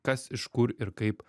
kas iš kur ir kaip